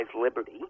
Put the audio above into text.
liberty